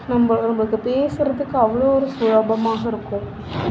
நம்ம நம்மளுக்கு பேசுறதுக்கு அவ்வளோ ஒரு சுலபமாக இருக்கும்